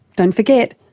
don't forget,